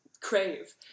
crave